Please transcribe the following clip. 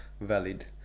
valid